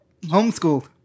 Homeschooled